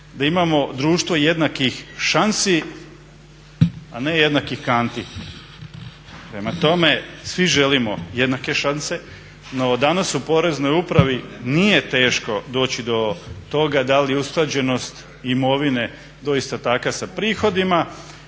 da imamo društvo jednakih šansi, a ne jednakih kanti. Prema tome, svi želimo jednake šanse, no danas u Poreznoj upravi nije teško doći do toga da li usklađenost imovine doista takva sa prihodima.